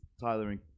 Tyler